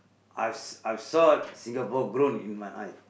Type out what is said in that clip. I've I've saw Singapore grown in my eye